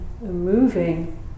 moving